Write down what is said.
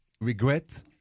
regret